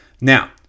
Now